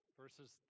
verses